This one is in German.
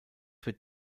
wird